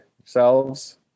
yourselves